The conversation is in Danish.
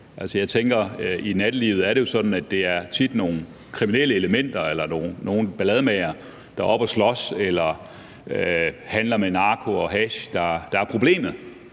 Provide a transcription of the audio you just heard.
jeg tænker, at i nattelivet er det jo sådan, at det tit er nogle kriminelle elementer eller nogle ballademagere, der er oppe at slås eller handler med narko og hash, der er problemet,